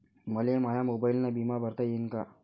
मले माया मोबाईलनं बिमा भरता येईन का?